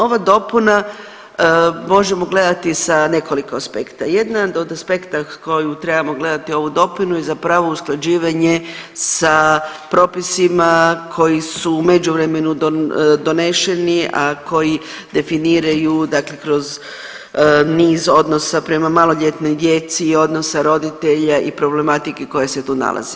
Ova dopuna možemo gledati sa nekoliko aspekta, jedan od aspekta koju trebamo gledati ovu dopunu i zapravo usklađivanje sa propisima koji su u međuvremenu doneseni, a koji definiraju kroz niz odnosa prema maloljetnoj djeci i odnosa roditelja i problematike koja se tu nalazi.